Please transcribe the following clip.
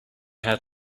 had